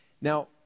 now